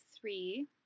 three